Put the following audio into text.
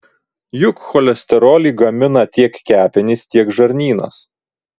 juk cholesterolį gamina tiek kepenys tiek žarnynas